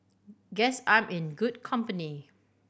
guess I'm in good company